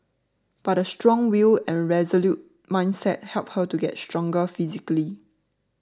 but a strong will and resolute mindset helped her to get stronger physically